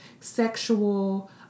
sexual